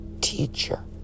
teacher